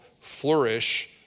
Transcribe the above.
flourish